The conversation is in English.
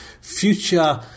future